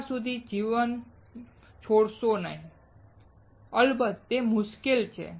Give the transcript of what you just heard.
ત્યાં સુધી જીવન છોડશો નહીં અલબત્ત તે મુશ્કેલ છે